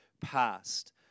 past